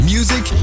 Music